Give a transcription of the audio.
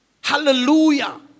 Hallelujah